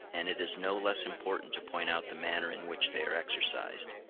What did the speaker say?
and it is no less important to point out the manner in which they are exercised.